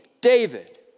David